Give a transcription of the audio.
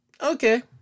okay